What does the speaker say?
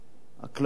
הכללית,